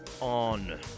on